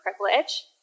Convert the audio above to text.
privilege